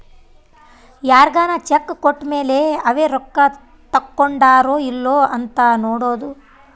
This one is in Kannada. ಯಾರ್ಗನ ಚೆಕ್ ಕೋಟ್ಮೇಲೇ ಅವೆ ರೊಕ್ಕ ತಕ್ಕೊಂಡಾರೊ ಇಲ್ಲೊ ಅಂತ ನೋಡೋದು